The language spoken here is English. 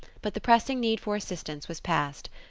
but the pressing need for assistance was past.